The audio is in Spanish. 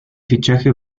fichaje